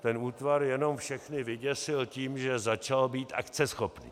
Ten útvar jenom všechny vyděsil tím, že začal být akceschopný.